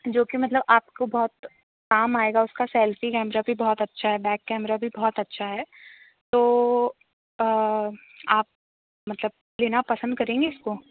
जो कि मतलब आपको बहुत काम आएगा उसका सैल्फ़ी कैमरा भी बहुत अच्छा है बैक कैमरा भी बहुत अच्छा है तो आप मतलब लेना पसंद करेंगी इसको